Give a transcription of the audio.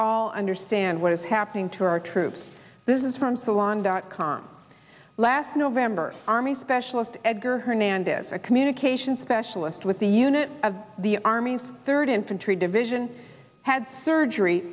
all understand what is happening to our troops this is from salon dot com last november army specialist edgar hernandez a communication specialist with the unit of the army's third infantry division had surgery